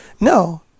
No